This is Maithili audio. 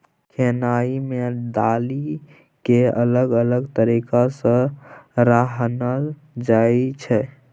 खेनाइ मे दालि केँ अलग अलग तरीका सँ रान्हल जाइ छै